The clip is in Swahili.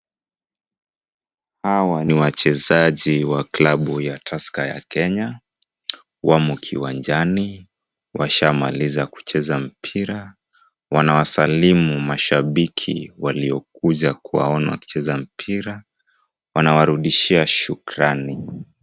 Hawa ni wachezaji wa klabu ya Tusker ya Kenya, wamo kiwanjani. Washamaliza kucheza mpira. Wanawasalimu mashabiki waliokuja kuwaona wakicheza mpira. Wanawarudishia shukrani.